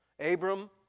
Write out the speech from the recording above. Abram